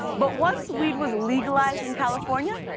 but once weed was legalized in california,